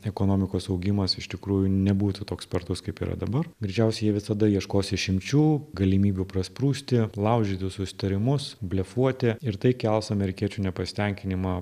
ekonomikos augimas iš tikrųjų nebūtų toks spartus kaip yra dabar greičiausiai jie visada ieškos išimčių galimybių prasprūsti laužyti susitarimus blefuoti ir tai kels amerikiečių nepasitenkinimą